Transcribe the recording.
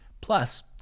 Plus